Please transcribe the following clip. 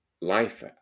life